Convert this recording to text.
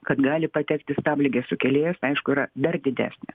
kad gali patekti stabligės sukėlėjas aišku yra dar didesnė